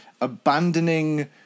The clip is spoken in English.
abandoning